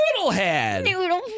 Noodlehead